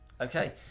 Okay